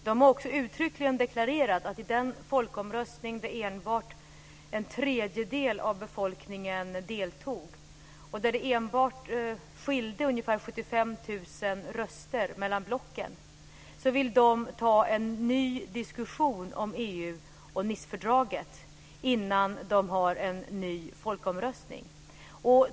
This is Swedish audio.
De har också uttryckligen deklarerat att efter den folkomröstning som enbart en tredjedel av befolkningen deltog i och där det enbart skilde ungefär 75 000 röster mellan blocken vill de ta en ny diskussion om EU och Nicefördraget innan de har en ny folkomröstning.